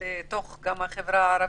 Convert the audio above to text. גם בתוך החברה הערבית,